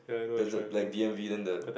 there's the like D M V then the